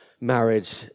marriage